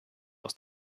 aus